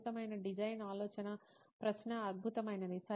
అద్భుతమైన డిజైన్ ఆలోచనా ప్రశ్న అద్భుతమైనది